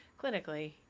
clinically